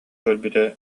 көрбүтэ